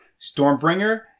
Stormbringer